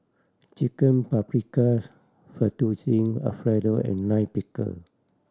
Chicken Paprikas Fettuccine Alfredo and Lime Pickle